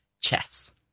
Chess